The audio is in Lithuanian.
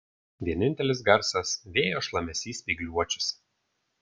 vienintelis garsas vėjo šlamesys spygliuočiuose